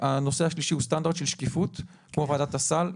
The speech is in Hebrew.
סטנדרט של שקיפות, כמו ועדת הסל.